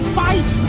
fight